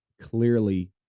clearly